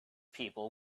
people